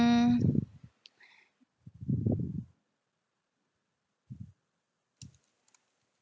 mm